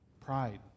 Pride